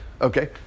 Okay